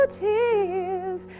tears